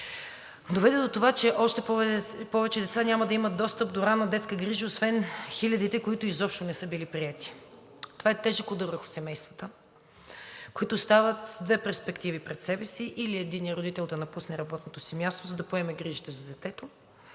доведе до това, че още повече деца няма да имат достъп до ранна детска грижа освен хилядите, които изобщо не са били приети. Това е тежък удар върху семействата, които остават с две перспективи пред себе си – или единият родител да напусне работното си място, за да поеме грижите за детето